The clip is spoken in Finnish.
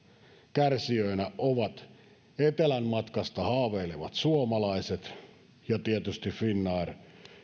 kärsijöinä ovat etelänmatkasta haaveilevat suomalaiset ja tietysti finnair